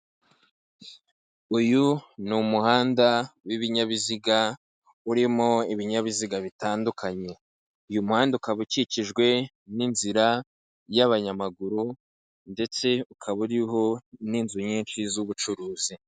Uyu ni umuhanda w'ibinyabiziga urimo ibinyabiziga bitandukanye, uyu muhanda ukaba ukikijwe n'inzira y'abanyamaguru ndetse ukaba uriho n'inzu nyinshi z'ubucuruzi.